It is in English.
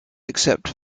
accept